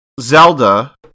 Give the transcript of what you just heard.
Zelda